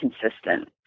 consistent